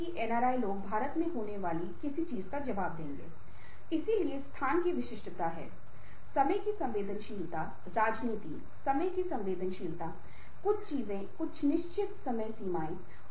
तो उच्च सहानुभूति का मतलब है आपके पास उच्च पारस्परिक संवेदनशीलता है और यह एक संकेत है कि आप नाव को चला सकते हैं